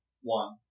one